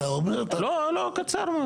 לא, קצר.